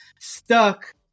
Stuck